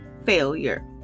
failure